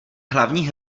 hlavní